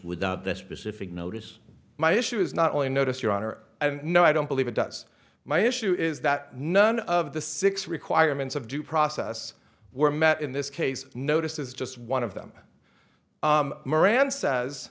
without this specific notice my issue is not only notice your honor no i don't believe it does my issue is that none of the six requirements of due process were met in this case notice as just one of them moran says